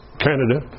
Canada